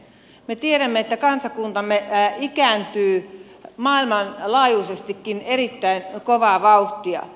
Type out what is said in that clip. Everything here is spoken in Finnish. me tiedämme että kansakuntamme ikääntyy maailmanlaajuisestikin erittäin kovaa vauhtia